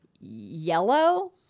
yellow